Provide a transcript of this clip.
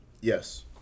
Yes